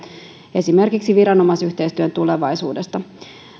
esimerkiksi viranomaisyhteistyön tulevaisuudesta